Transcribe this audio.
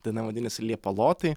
daina vadinasi liepalotai